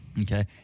okay